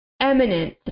eminent